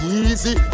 easy